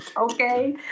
okay